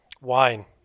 Wine